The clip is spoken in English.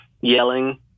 yelling